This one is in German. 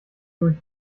durch